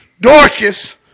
Dorcas